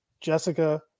Jessica